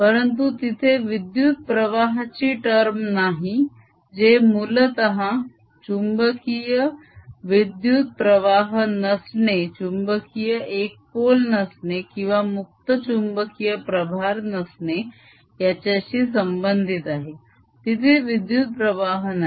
परंतु तिथे विद्युत प्रवाहाची टर्म नाही जे मूलतः चुंबकीय विद्युत प्रवाह नसणे चुंबकीय एकपोल नसणे किंवा मुक्त चुंबकीय प्रभार नसणे याच्याशी संबंधित आहे तिथे विद्युत प्रवाह नाही